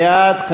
בעד,